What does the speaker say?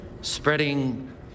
spreading